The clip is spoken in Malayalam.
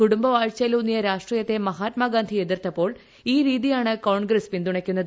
കുടുംബവാഴ്ചയിലൂന്നിയ രാഷ്ട്രീയത്തെ മഹാത്മാഗാന്ധി എതിർത്തപ്പോൾ ഈ രീതിയാണ് കോൺഗ്രസ് പിന്തുണയ്ക്കുന്നത്